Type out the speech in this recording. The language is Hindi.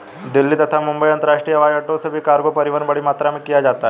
दिल्ली तथा मुंबई अंतरराष्ट्रीय हवाईअड्डो से भी कार्गो परिवहन बड़ी मात्रा में किया जाता है